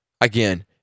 Again